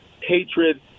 hatred